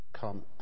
come